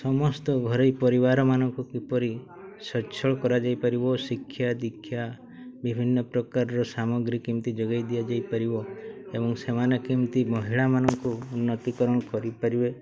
ସମସ୍ତ ଘରୋଇ ପରିବାରମାନଙ୍କୁ କିପରି ସ୍ୱଚ୍ଛଳ କରାଯାଇପାରିବ ଶିକ୍ଷା ଦୀକ୍ଷା ବିଭିନ୍ନ ପ୍ରକାରର ସାମଗ୍ରୀ କେମିତି ଯୋଗାଇ ଦିଆଯାଇପାରିବ ଏବଂ ସେମାନେ କେମିତି ମହିଳାମାନଙ୍କୁ ଉନ୍ନତିକରଣ କରିପାରିବେ